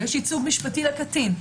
ויש ייצוג משפטי לקטין,